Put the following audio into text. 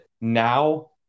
now